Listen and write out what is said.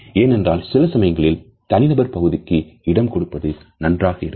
ஏனென்றால் சில சமயங்களில் தனிநபர் பகுதிக்கு இடம் கொடுப்பது நன்றாக இருக்கும்